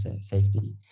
safety